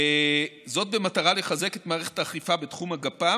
זאת במטרה לחזק את מערכת האכיפה בתחום הגפ"ם